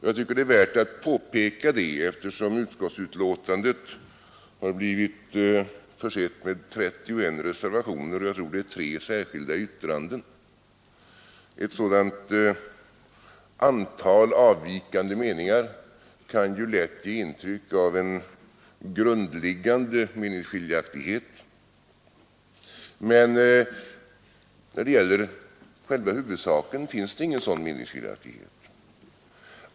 Jag tycker det är värt att påpeka, eftersom utskottsbetänkandet blivit försett med 31 reservationer och 3 särskilda yttranden. Ett sådant antal avvikande meningar kan väl lätt ge intryck av en grundliggande meningsskiljaktighet, men när det gäller själva huvudsaken finns ingen sådan meningsskiljaktighet.